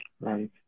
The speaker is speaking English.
Right